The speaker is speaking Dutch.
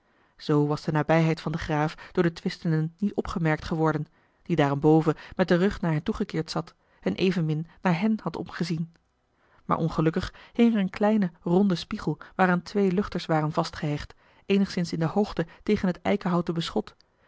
zoo was de nabijheid van den graaf door de twistenden niet opgemerkt geworden die daarenboven met den rug naar hen toegekeerd zat en evenmin naar hen had omgezien maar ongelukkig hing er een kleine ronde spiegel waaraan twee luchters waren vastgehecht eenigszins in de hoogte tegen het eikenhouten beschot